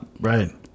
right